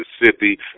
Mississippi